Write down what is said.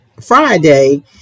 friday